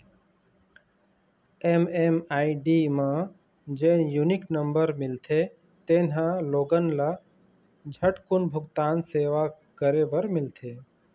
MMID म जेन unique number मिलथे तेन ह लोगन ल झटकून भूगतान सेवा करे बर मिलथे